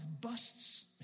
busts